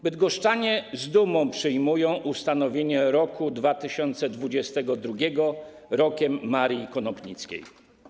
Bydgoszczanie z dumą przyjmują ustanowienie roku 2022 Rokiem Marii Konopnickiej.